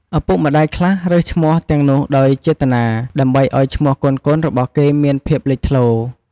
ឪពុកម្ដាយខ្លះរើសឈ្មោះទាំងនោះដោយចេតនា ដើម្បីឱ្យឈ្មោះកូនៗរបស់គេមានភាពលេចធ្លោ។